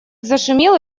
зашумел